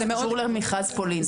זה קשור למכרז פולין.